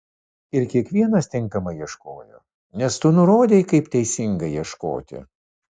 ir kiekvienas tinkamai ieškojo nes tu nurodei kaip teisingai ieškoti